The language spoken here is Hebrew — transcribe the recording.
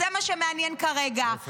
זה מה שמעניין כרגע.